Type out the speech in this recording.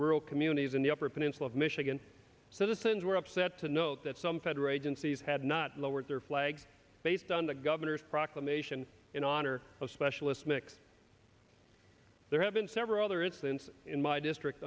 rural communities in the upper peninsula of michigan so the things were upset to note that some federal agencies had not lowered their flag based on the governor's proclamation in honor of specialist mix there have been several other instances in my district